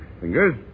Fingers